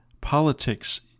politics